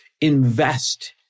invest